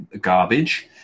Garbage